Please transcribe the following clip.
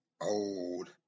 old